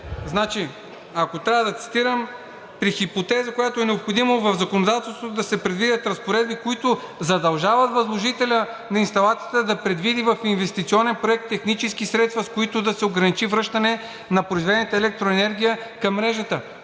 Ако трябва да цитирам хипотеза, за която е необходимо в законодателството да се предвидят разпоредби, които задължават възложителя на инсталацията да предвиди в инвестиционен проект технически средства, с които да се ограничи връщане на произведената електроенергия към мрежата.